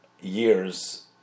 years